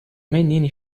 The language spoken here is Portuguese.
menina